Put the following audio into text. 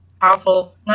powerful